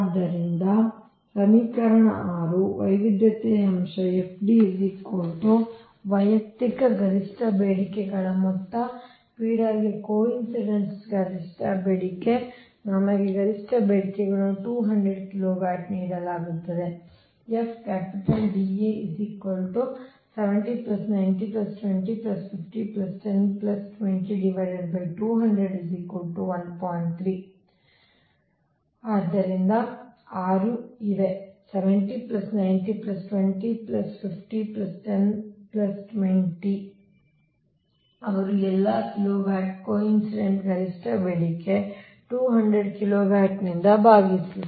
ಆದ್ದರಿಂದ ಸಮೀಕರಣ 6 ವೈವಿಧ್ಯತೆಯ ಅಂಶವು FD ವೈಯಕ್ತಿಕ ಗರಿಷ್ಠ ಬೇಡಿಕೆಗಳ ಮೊತ್ತ ಫೀಡರ್ಗೆ ಕೋಯಿನಸಿಡೆಂಟ್ ಗರಿಷ್ಠ ಬೇಡಿಕೆ ನಮಗೆ ಗರಿಷ್ಠ ಬೇಡಿಕೆಗಳನ್ನು 200 ಕಿಲೋವ್ಯಾಟ್ ನೀಡಲಾಗುತ್ತದೆ ಅದು ಆದ್ದರಿಂದ 6 ಇವೆ 70 90 20 50 10 20 ಅವರು ಎಲ್ಲಾ ಕಿಲೋವ್ಯಾಟ್ಗಳು ಕೋಯಿನಸಿಡೆಂಟ್ ಗರಿಷ್ಠ ಬೇಡಿಕೆ 200 ಕಿಲೋವ್ಯಾಟ್ನಿಂದ ಭಾಗಿಸಿ